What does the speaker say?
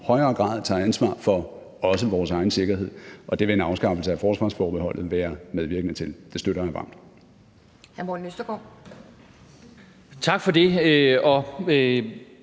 højere grad tager ansvar også for vores egen sikkerhed, og det vil en afskaffelse af forsvarsforbeholdet være medvirkende til. Det støtter jeg varmt.